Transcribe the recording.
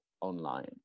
online